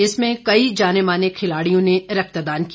इसमें कई जानेमाने खिलाड़ियों ने रक्तदान किया